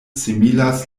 similas